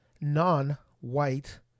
non-white